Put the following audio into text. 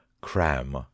cram